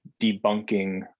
debunking